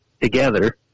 together